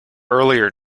earlier